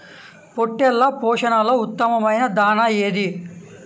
పొట్టెళ్ల పోషణలో ఉత్తమమైన దాణా ఏది?